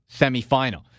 semifinal